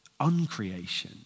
Uncreation